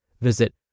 Visit